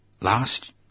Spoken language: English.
Last